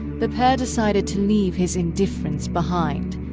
the pair decided to leave his indifference behind,